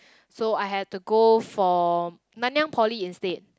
so I have to go for Nanyang Poly instead